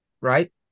right